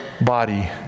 body